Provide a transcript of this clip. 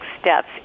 steps